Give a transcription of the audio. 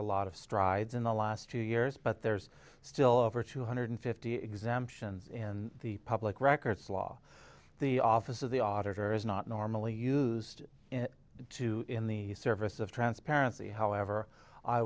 a lot of strides in the last two years but there's still over two hundred fifty exemptions in the public records law the office of the auditor is not normally used to in the service of transparency however i